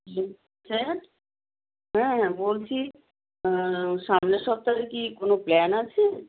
হুম sir হ্যাঁ বলছি সামনের সপ্তাহে কী কোনও প্ল্যান আছে